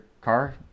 car